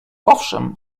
owszem